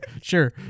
sure